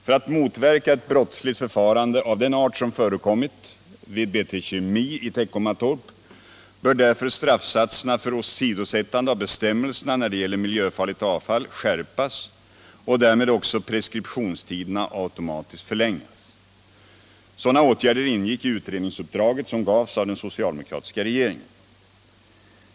För att motverka ett brottsligt förfarande av den art som förekommit vid BT Kemi AB i Teckomatorp bör därför straffsatserna för åsidosättande av bestämmelserna när det gäller miljöfarligt avfall skärpas och därmed också preskriptionstiderna automatiskt förlängas. Sådana åtgärder ingick i utredningsuppdraget som gavs av den socialdemokratiska regeringen.